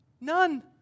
None